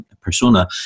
persona